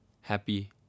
happy